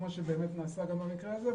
כמו שנעשה גם במקרה הזה,